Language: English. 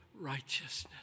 righteousness